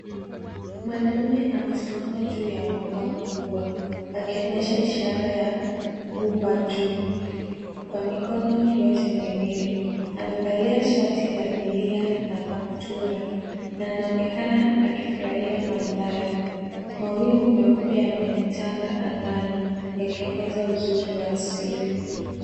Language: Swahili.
Mwanaume amesimama juu ya mwamba mkubwa akionyesha ishara ya gumba juu kwa mikono yote miwili. Amevalia shati la milia na kaptura na anaonekana akifurahia mandhari. Mawingu meupe yametanda angani yakiongeza uzuri wa asili.